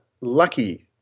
lucky